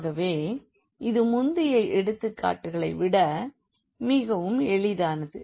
ஆகவே இது முந்தைய எடுத்துக்காட்டுகளை விட மிகவும் எளியது